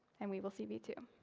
and we will see v two.